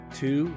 two